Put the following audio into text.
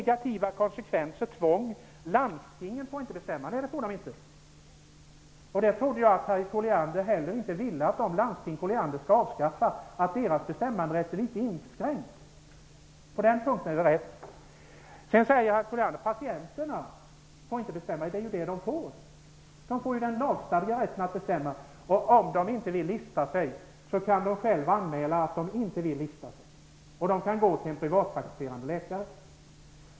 Harriet Colliander sade också att landstingen inte får bestämma. Nej, det får de inte. Jag trodde inte att Harriet Colliander hade någonting emot att de landsting hon vill avskaffa fick sin bestämmanderätt litet inskränkt -- det är riktigt att de får de. Harriet Colliander sade vidare att patienterna inte får bestämma. Det är ju det de får! De får en lagstadgad rätt att bestämma. Och om de inte vill lista sig kan de anmäla det; de kan gå till en privatpraktiserande läkare.